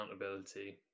accountability